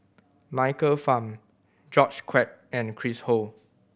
Michael Fam George Quek and Chris Ho